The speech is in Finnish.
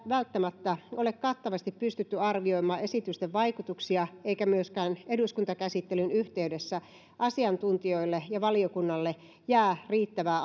välttämättä ole kattavasti pystytty arvioimaan esitysten vaikutuksia eikä myöskään eduskuntakäsittelyn yhteydessä asiantuntijoille ja valiokunnalle jää riittävää